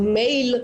במייל,